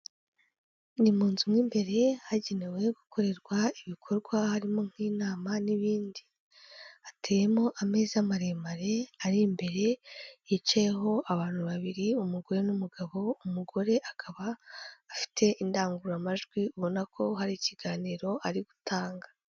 Ni mu nzu mo imbere hagenewe gukorerwa ibikorwa harimo nk'inama n'ibindi. Hateyemo ameza maremare ari imbere, hicayeho abantu babiri umugore n'umugabo, umugore akaba afite indangururamajwi ubona ko hari ikiganiro ari gutanga.